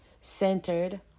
centered